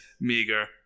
meager